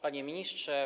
Panie Ministrze!